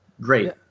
Great